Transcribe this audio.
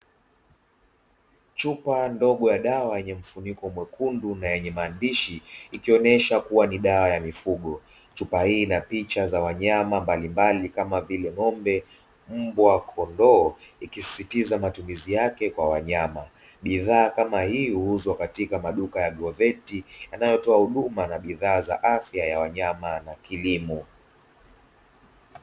Chupa ndogo ya dawa yenye mfuniko mwekundu na yenye maandishi, ikionesha kuwa ni dawa ya mifugo. Chupa hii ina picha za wanyama mbalimbali kama vile ng'ombe mbwa, na kondoo ikisisitiza matumizi yake kwa wanyama, bidhaa kama hii huuzwa katika maduka ya 'agroveti' yanayotoa huduma na bidhaa za afya ya wanyama na kilimo.